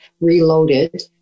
reloaded